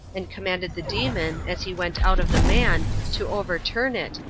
and commanded the demon, as he went out of the man, to overturn it,